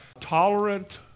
tolerant